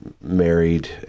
married